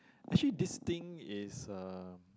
actually this thing is uh